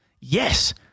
Yes